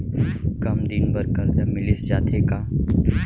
कम दिन बर करजा मिलिस जाथे का?